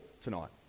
tonight